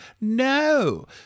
No